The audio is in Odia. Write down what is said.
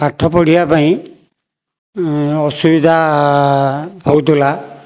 ପାଠ ପଢ଼ିବା ପାଇଁ ଅସୁବିଧା ହେଉଥିଲା